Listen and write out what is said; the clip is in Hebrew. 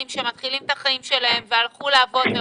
שמתחילים את החיים שלהם והלכו לעבוד קשה.